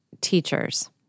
teachers